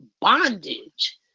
bondage